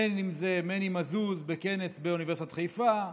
הן אם זה מני מזוז, בכנס באוניברסיטת חיפה,